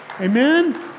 Amen